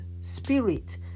spirit